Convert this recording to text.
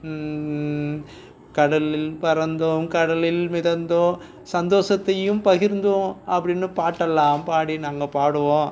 கடலில் பறந்தோம் கடலில் மிதந்தோம் சந்தோஷத்தையும் பகிர்ந்தோம் அப்படின்னு பாட்டெல்லாம் பாடி நாங்கள் பாடுவோம்